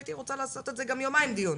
הייתי רוצה לעשות על זה גם יומיים דיון.